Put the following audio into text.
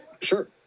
Sure